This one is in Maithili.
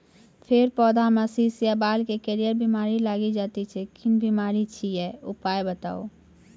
फेर पौधामें शीश या बाल मे करियर बिमारी लागि जाति छै कून बिमारी छियै, उपाय बताऊ?